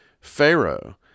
Pharaoh